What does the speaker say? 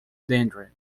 deirdre